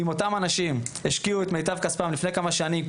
אם אותם אנשים השקיעו את מיטב כספם לפני כמה שנים,